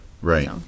Right